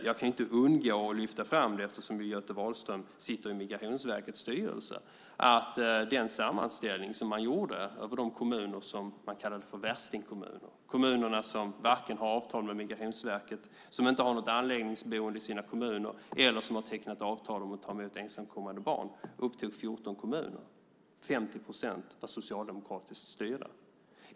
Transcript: Jag kan inte undgå att lyfta fram, eftersom Göte Wahlström sitter i Migrationsverkets styrelse, att den sammanställning som man gjorde över de kommuner som man kallade värstingkommuner, kommunerna som varken har avtal med Migrationsverket, något anläggningsboende i sina kommuner eller tecknat avtal om att ta emot ensamkommande barn, upptog 14 kommuner, och 50 procent var socialdemokratiskt styrda.